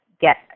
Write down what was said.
get